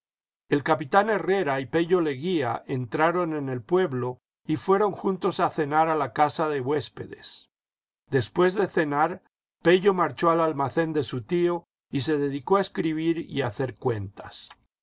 el capitán herrera y pello legvn'a entraron en el pueblo y fueron juntos a cenar a la casa de huéspedes después de cenar pello marchó al almacén de su tío y se dedicó a esciibir y a hacer cuentas